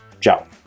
Ciao